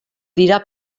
dira